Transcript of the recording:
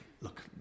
look